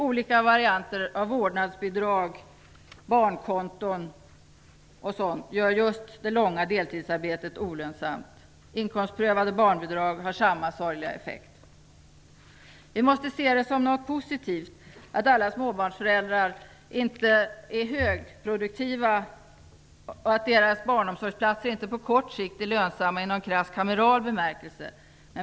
Olika varianter av vårdnadsbidrag, barnkonton osv. gör just det långa deltidsarbetet olönsamt. Inkomstprövade barnbidrag har samma sorgliga effekt. Vi måste se det som något positivt att alla småbarnsföräldrar inte är högproduktiva och att deras barnomsorgsplatser inte på kort sikt är lönsamma i någon krass kameral bemärkelse.